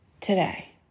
today